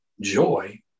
Joy